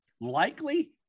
Likely